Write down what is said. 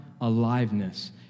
aliveness